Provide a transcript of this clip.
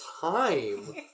time